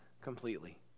completely